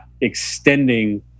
extending